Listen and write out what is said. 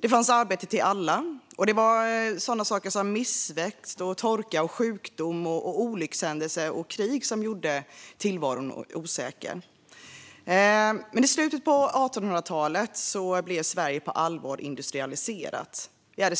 Det fanns arbete till alla, och det var sådant som missväxt, torka, sjukdomar, olyckshändelser och krig som gjorde tillvaron osäker. I slutet av 1800-talet blev Sverige på allvar industrialiserat.